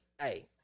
Hey